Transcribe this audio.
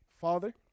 father